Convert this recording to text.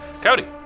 Cody